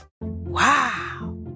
Wow